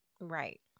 Right